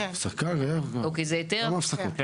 אוקי זה היתר?